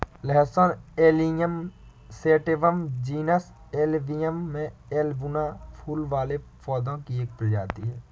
लहसुन Allium sativum genus Allium में बल्बनुमा फूल वाले पौधे की एक प्रजाति है